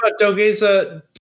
dogeza